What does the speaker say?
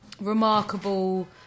remarkable